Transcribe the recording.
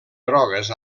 grogues